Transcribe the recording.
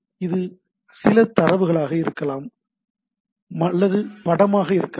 இது சில தரவுகளாக இருக்கலாம் அல்லது படமாக இருக்கலாம்